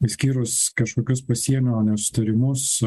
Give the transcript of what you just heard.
išskyrus kažkokius pasienio nesutarimus